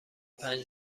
پنج